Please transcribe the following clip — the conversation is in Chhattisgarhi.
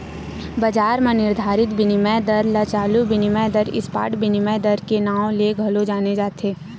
बजार म निरधारित बिनिमय दर ल चालू बिनिमय दर, स्पॉट बिनिमय दर के नांव ले घलो जाने जाथे